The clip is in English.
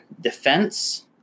defense